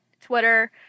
Twitter